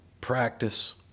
practice